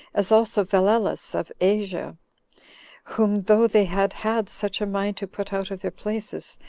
as also valellus of asia whom though they had had such a mind to put out of their places,